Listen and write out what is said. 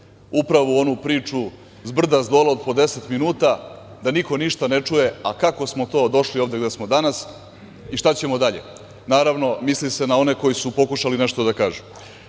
Upravo u onu priču zbrda-zdola od po 10 minuta da niko ništa ne čuje, a kako smo to došli ovde gde smo danas i šta ćemo dalje? Naravno, misli se na one koji su pokušali nešto da kažu.Za